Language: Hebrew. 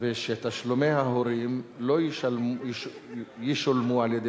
ושתשלומי ההורים לא ישולמו על-ידי